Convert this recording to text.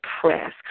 press